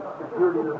security